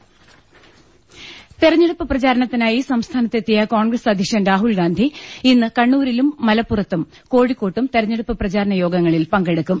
് തെരഞ്ഞെടുപ്പ് പ്രചാരണത്തിനായി സംസ്ഥാനത്തെത്തിയ കോൺഗ്രസ് അധ്യക്ഷൻ രാഹുൽഗാന്ധി ഇന്ന് കണ്ണൂരിലും മലപ്പുറത്തും കോഴിക്കോട്ടും തെരഞ്ഞെടുപ്പ് പ്രചാരണ യോഗങ്ങളിൽ പങ്കെടുക്കും